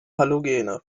halogene